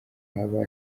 haba